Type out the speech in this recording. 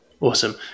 Awesome